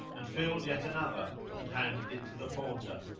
and filled yet another and handed it to the porter.